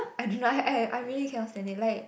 I do not I I really really cannot stand it like